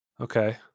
Okay